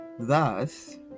Thus